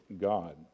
God